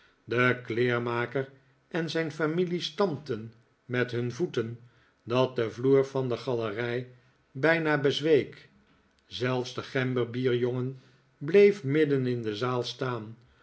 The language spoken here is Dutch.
de kleermaker en zijn familie stampten met hun voeten dat de vloer van de galerij bijna bezweek zelfs de gemberbierjongen bleef midden in de zaal staan